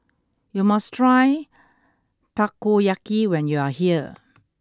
you must try Takoyaki when you are here